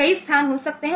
कई स्थान हो सकते हैं